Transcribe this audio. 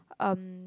um